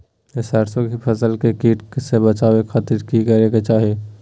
सरसों की फसल के कीट से बचावे खातिर की करे के चाही?